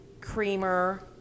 creamer